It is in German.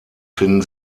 finden